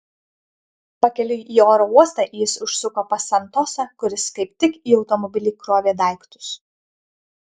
pakeliui į oro uostą jis užsuko pas santosą kuris kaip tik į automobilį krovė daiktus